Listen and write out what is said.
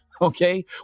Okay